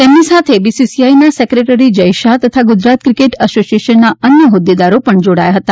તેમની સાથે બીસીસીઆઈના સેક્રેટરી જય શાહ તથા ગુજરાત ક્રિકેટ એસોસિએશનના અન્ય હોદ્દેદારો પણ જોડાયા હતા